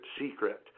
secret